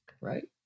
Right